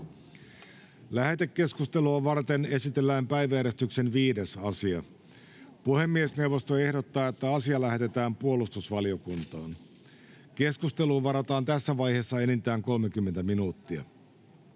Lähetekeskustelua varten esitellään päiväjärjestyksen 6. asia. Puhemiesneuvosto ehdottaa, että asia lähetetään maa- ja metsätalousvaliokuntaan. Keskusteluun varataan tässä vaiheessa enintään yksi tunti.